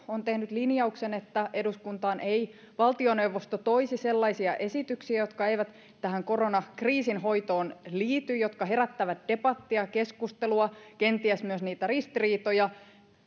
on tehnyt linjauksen että eduskuntaan ei valtioneuvosto toisi sellaisia esityksiä jotka eivät tähän koronakriisin hoitoon liity jotka herättävät debattia ja keskustelua kenties myös niitä ristiriitoja